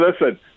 listen